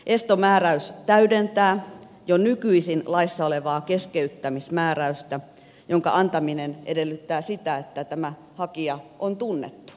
estomääräys täydentää jo nykyisin laissa olevaa keskeyttämismääräystä jonka antaminen edellyttää sitä että tämä loukkaaja on tunnettu